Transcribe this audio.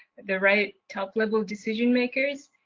the right top level decision makers,